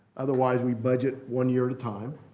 otherwise we budget one year at a time.